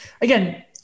again